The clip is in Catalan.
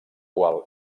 qual